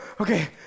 okay